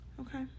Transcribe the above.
Okay